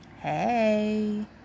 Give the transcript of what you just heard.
hey